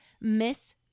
Miss